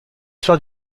soir